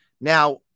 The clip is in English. Now